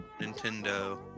Nintendo